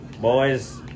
boys